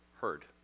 heard